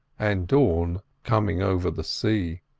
and dawn coming over the sea.